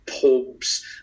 pubs